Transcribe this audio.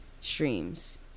streams